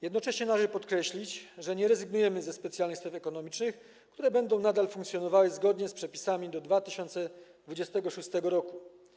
Jednocześnie należy podkreślić, że nie rezygnujemy ze specjalnych stref ekonomicznych, które będą nadal funkcjonowały zgodnie z przepisami do 2026 r.